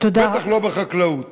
בטח לא בחקלאות.